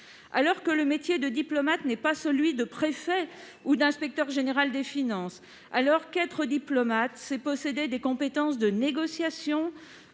l'étranger. Le métier de diplomate n'est pas celui de préfet ou d'inspecteur général des finances : être diplomate, c'est posséder des compétences de négociation,